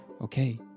Okay